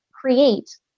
create